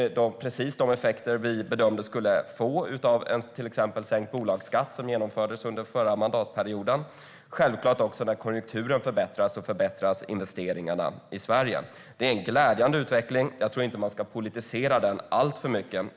De ger precis de effekter alliansregeringen bedömde att det skulle bli av till exempel en sänkt bolagsskatt, som genomfördes under förra mandatperioden. Självklart är det så att när konjunkturen förbättras förbättras investeringarna i Sverige. Det är en glädjande utveckling. Jag tror inte att man ska politisera den alltför mycket.